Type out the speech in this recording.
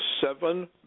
seven